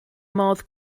modd